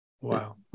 wow